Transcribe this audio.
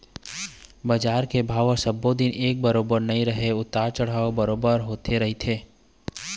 बजार के भाव ह सब्बो दिन एक बरोबर नइ रहय उतार चढ़ाव बरोबर होते रहिथे